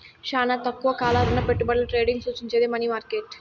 శానా తక్కువ కాల రుణపెట్టుబడుల ట్రేడింగ్ సూచించేది మనీ మార్కెట్